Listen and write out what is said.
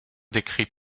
décrits